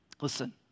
Listen